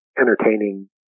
entertaining